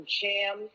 jam